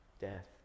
death